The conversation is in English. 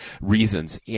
reasons